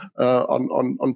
on